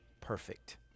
perfect